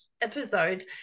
episode